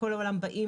מכל העולם באים